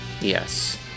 Yes